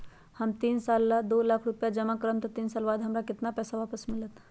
हम तीन साल ला दो लाख रूपैया जमा करम त तीन साल बाद हमरा केतना पैसा वापस मिलत?